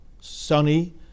sunny